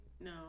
no